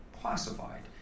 classified